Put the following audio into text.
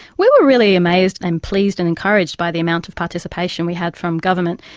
we were really amazed and pleased and encouraged by the amount of participation we had from government.